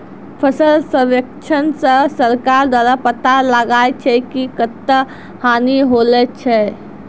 फसल सर्वेक्षण से सरकार द्वारा पाता लगाय छै कि कत्ता हानि होलो छै